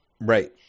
right